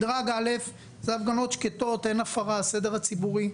מדרג א' זה הפגנות שקטות, אין הפרה, הסדר הציבורי.